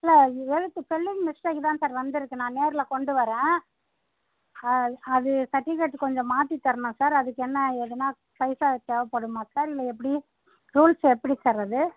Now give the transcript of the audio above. இல்லை எழுத்து spelling mistake தான் சார் வந்துருக்கு நான் நேரில் கொண்டு வரேன் அ அது சர்டிஃபிகேட் கொஞ்சம் மாற்றி தரணும் சார் அதுக்கு என்ன ஏதுன்னா பைசா தேவைப்படுமா சார் இல்லை எப்படி ரூல்ஸ் எப்படி சார் அது